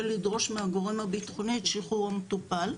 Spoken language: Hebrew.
לדרוש מהגורם הביטחוני את שחרור המטופל,